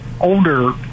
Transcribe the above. older